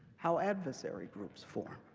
how adversary groups form,